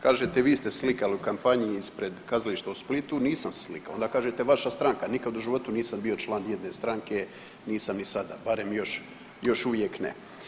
Kažete, vi ste se slikali u kampanji ispred kazališta u Splitu, nisam se slikao, onda kažete vaša stranka, nikad u životu nisam bio član nijedne stranke, nisam ni sada, barem još uvijek ne.